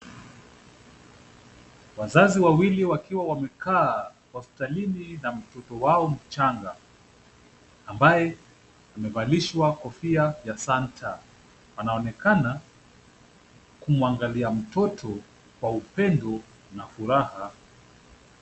Wazazi wawili wakiwa wamekaa hospitalini na mtoto wao mchanga, ambaye amevalishwa kofia ya santa. Anaonekana kumwangalia mtoto kwa upendo na furaha.